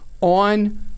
on